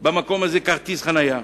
במקום הזה כרטיס חנייה,